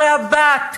הרי הבת,